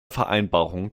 vereinbarung